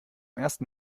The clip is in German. ersten